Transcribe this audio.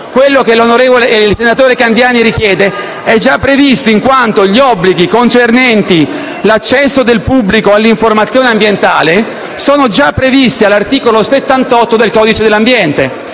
fatto che ciò che il senatore Candiani richiede è già previsto in quanto gli obblighi concernenti l'accesso del pubblico all'informazione ambientale sono contenuti nell'articolo 78 del codice dell'ambiente.